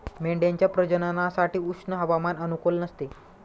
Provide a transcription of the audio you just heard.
मेंढ्यांच्या प्रजननासाठी उष्ण हवामान अनुकूल नसते